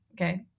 okay